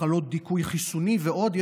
מחלות דיכוי חיסוני ועוד,